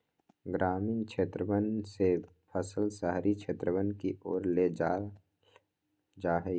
ग्रामीण क्षेत्रवन से फसल शहरी क्षेत्रवन के ओर ले जाल जाहई